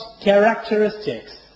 characteristics